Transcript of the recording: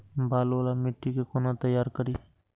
बालू वाला मिट्टी के कोना तैयार करी?